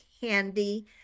candy